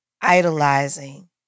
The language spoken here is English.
idolizing